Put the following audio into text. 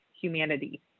humanity